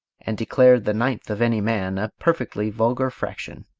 and declared the ninth of any man, a perfectly vulgar fraction.